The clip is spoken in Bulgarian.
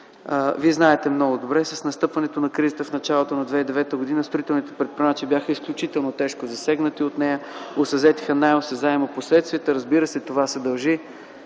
знаете много добре, че с настъпването на кризата в началото на 2009 г. строителните предприемачи бяха изключително тежко засегнати. Те усетиха най-осезателно последствията й. Разбира се, това се дължи